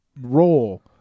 role